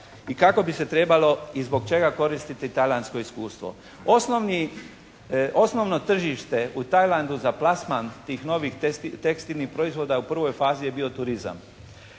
i kako bi se trebalo i zbog čega koristiti tajlandsko iskustvo. Osnovni, osnovno tržište u Tajlandu za plasman tih novih tekstilnih proizvoda u prvoj fazi je bio turizam.